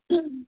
تہٕ